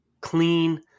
clean